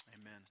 amen